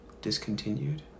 Discontinued